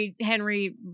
Henry